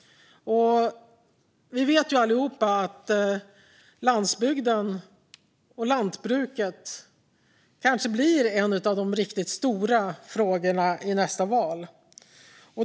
Vi vet ju allihop att landsbygden och lantbruket kanske blir en av de riktigt stora frågorna i nästa val.